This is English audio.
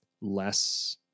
less